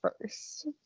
first